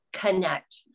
Connect